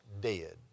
dead